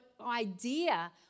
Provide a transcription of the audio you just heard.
idea